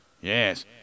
Yes